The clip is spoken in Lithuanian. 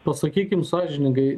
pasakykim sąžiningai